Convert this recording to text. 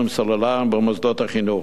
בטלפונים סלולריים במוסדות החינוך.